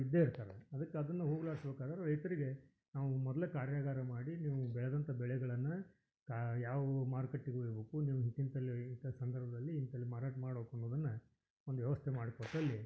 ಇದ್ದೇ ಇರ್ತಾರೆ ಅದಕ್ಕೆ ಅದನ್ನು ಹೋಗ್ಲಾಡ್ಸ್ಬೇಕಾದ್ರೆ ರೈತರಿಗೆ ನಾವು ಮೊದಲೇ ಕಾರ್ಯಾಗಾರ ಮಾಡಿ ನೀವು ಬೆಳೆದಂಥ ಬೆಳೆಗಳನ್ನು ಕಾ ಯಾವುವು ಮಾರುಕಟ್ಟೆಗೆ ಒಯ್ಬೇಕು ನೀವು ಇಂತಿಂಥಲ್ಲೇ ಇಂಥ ಸಂದರ್ಭದಲ್ಲಿ ಇಂಥಲ್ಲಿ ಮಾರಾಟ ಮಾಡ್ಬೇಕು ಅನ್ನೋದನ್ನು ಒಂದು ವ್ಯವಸ್ಥೆ ಮಾಡಿಕೊಟ್ಟಲ್ಲಿ